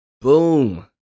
Boom